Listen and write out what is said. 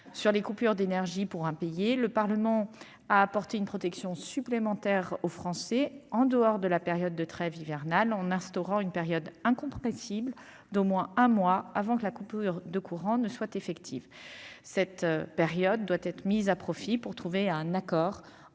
aux coupures d'énergie pour impayés. Le Parlement apporte une protection supplémentaire aux Français en dehors de la période de trêve hivernale, en instaurant une période incompressible d'au moins un mois avant que la coupure de courant soit effective. Cette période doit être mise à profit pour trouver un accord entre